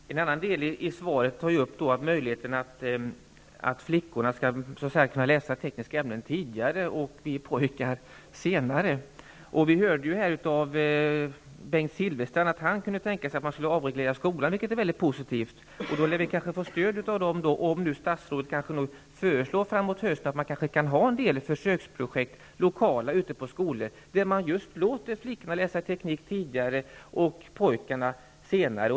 Herr talman! I en annan del i svaret tas upp att flickorna skall ha möjlighet att läsa tekniska ämnen tidigare och pojkarna senare. Vi hörde att Bengt Silfverstrand kunde tänka sig att skolan avregleras, vilket är mycket positivt, och då kanske vi får stöd av Socialdemokraterna om nu statsrådet framåt hösten föreslår att en del lokala försöksprojekt skall genomföras ute i skolor, där flickorna får läsa teknik tidigare och pojkarna senare.